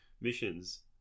missions